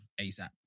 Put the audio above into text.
ASAP